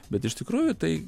bet iš tikrųjų tai